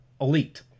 elite